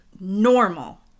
normal